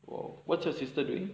what's your sister doing